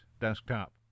desktop